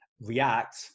react